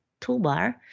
toolbar